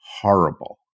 horrible